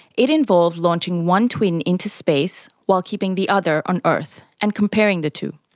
it involved launching one twin into space while keeping the other on earth and comparing the two.